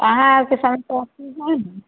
अहाँ आओरके समाचार ठीक हइ ने